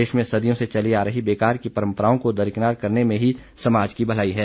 प्रदेश में सदियों से चली आ रही बेकार की परंपराओं को दरकिनार करने में ही समाज की भलाई है